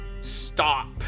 stop